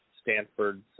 Stanford's